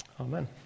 Amen